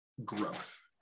growth